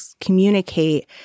communicate